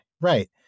right